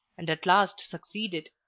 and at last succeeded,